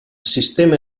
sistema